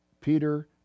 Peter